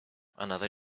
another